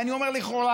ואני אומר לכאורה,